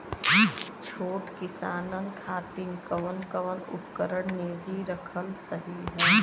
छोट किसानन खातिन कवन कवन उपकरण निजी रखल सही ह?